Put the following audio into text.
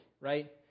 right